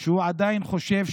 שעדיין חושב,